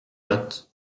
lot